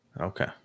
Okay